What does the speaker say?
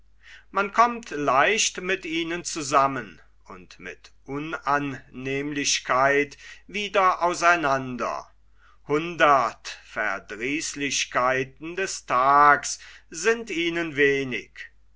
man kommt leicht mit ihnen zusammen und mit unannehmlichkeit wieder auseinander hundert verdrießlichkeiten des tags sind ihnen wenig